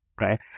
Right